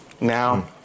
Now